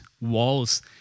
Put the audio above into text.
walls